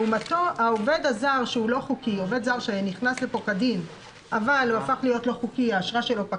בינואר, לפני החל"ת, מספר העובדים היה יותר גדול.